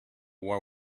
war